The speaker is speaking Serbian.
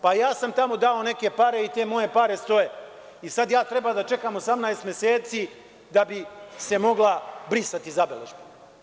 Pa, ja sam tamo dao neke pare i te moje pare stoje i sada ja treba da čekam 18 meseci da bi se mogla brisati zabeležba.